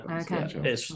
Okay